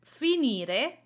Finire